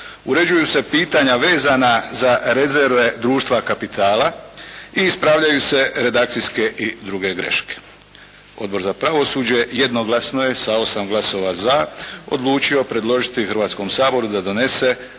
uređuju se pitanja vezana za rezerve društva kapitala i ispravljaju se redakcijske i druge greške. Odbor za pravosuđe jednoglasno je sa 8 glasova za odlučio predložiti Hrvatskom saboru da donese Zakon